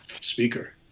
speaker